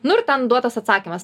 nu ir ten duotas atsakymas